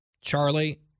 Charlie